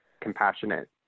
compassionate